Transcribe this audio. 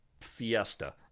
fiesta